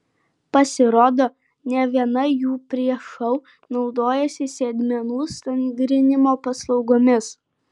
pasirodo ne viena jų prieš šou naudojasi sėdmenų stangrinimo paslaugomis